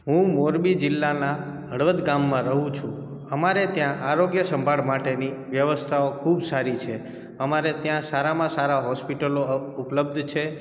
હું મોરબી જિલ્લાનાં હળવદ ગામમાં રહું છું અમારે ત્યાં આરોગ્ય સંભાળ માટેની વ્યવસ્થાઓ ખૂબ સારી છે અમારે ત્યાં સારામાં સારા હૉસ્પિટલો ઉપલબ્ધ છે